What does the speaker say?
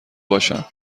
باشم